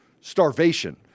starvation